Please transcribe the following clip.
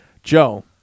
Joe